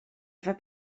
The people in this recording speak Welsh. efo